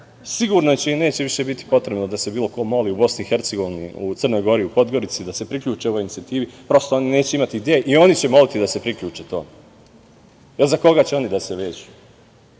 sigurno neće više biti potrebno da se bilo ko moli u BiH, u Crnoj Gori, u Podgorici da se priključe ovoj inicijativi, prosto, oni neće imati gde i oni će morati da se priključe tome. Za koga će oni da se vežu?